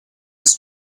was